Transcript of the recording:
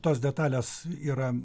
tos detalės yra